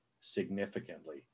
significantly